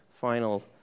final